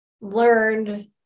learned